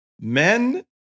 men